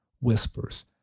whispers